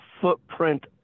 footprint